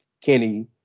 Kenny